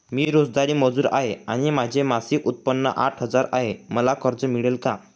मी रोजंदारी मजूर आहे आणि माझे मासिक उत्त्पन्न आठ हजार आहे, मला कर्ज मिळेल का?